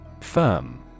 Firm